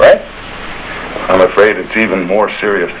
but i'm afraid it's even more serious